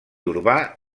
urbà